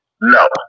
no